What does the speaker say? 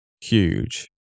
huge